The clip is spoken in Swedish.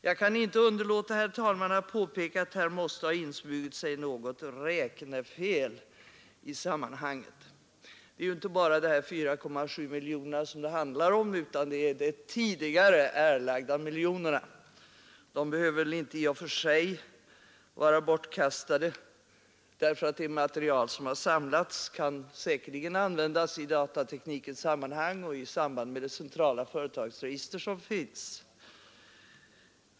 Jag kan inte underlåta att påpeka, herr talman, att här måste ha insmugit sig något räknefel i sammanhanget. Det är ju inte bara de 4,7 miljonerna som det handlar om utan också om de tidigare erlagda miljonerna. De behöver väl i och för sig inte vara bortkastade därför att det material som har samlats kan säkerligen användas i datatekniska sammanhang och i samband med det centrala företagsregister som finns.